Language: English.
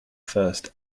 first